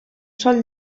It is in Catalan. sol